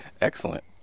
Excellent